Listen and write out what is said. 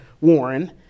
Warren